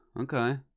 Okay